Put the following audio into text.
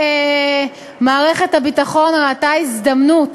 מערכת הביטחון ראתה הזדמנות